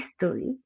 history